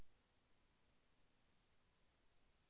డిపాజిట్లు ఎన్ని రకాలు?